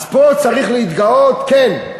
אז פה צריך להתגאות, כן,